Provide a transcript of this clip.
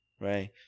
right